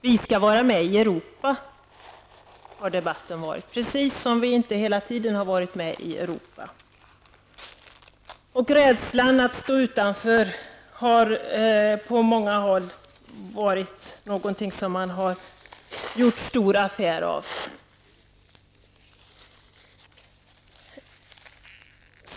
Vi skall vara med i Europa, heter det i debatten -- precis som om vi inte hela tiden skulle ha varit med i Europa. Rädslan för att behöva stå utanför har man på många håll gjort stor affär av.